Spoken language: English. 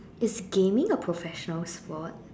is gaming a professional sport